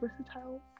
versatile